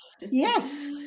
Yes